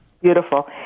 Beautiful